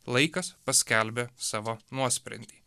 laikas paskelbė savo nuosprendį